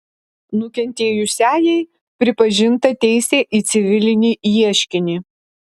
nukentėjusiajai pripažinta teisė į civilinį ieškinį